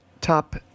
top